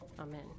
Amen